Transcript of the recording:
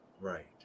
Right